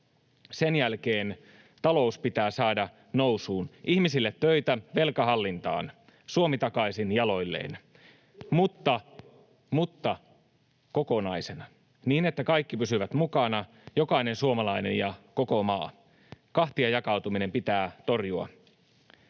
Sen jälkeen talous pitää saada nousuun, ihmisille töitä, velka hallintaan, Suomi takaisin jaloilleen, [Perussuomalaisista: Turvetta kattilaan!] mutta kokonaisena, niin että kaikki pysyvät mukana, jokainen suomalainen ja koko maa. Kahtiajakautuminen pitää torjua.